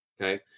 okay